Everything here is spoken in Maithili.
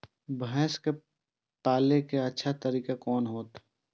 भैंस के पाले के अच्छा तरीका कोन होते?